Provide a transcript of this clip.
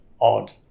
odd